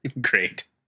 Great